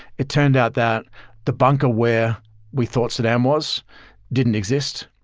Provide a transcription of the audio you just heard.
it turned out that the bunker where we thought saddam was didn't exist,